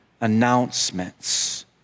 announcements